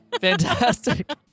Fantastic